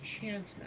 chance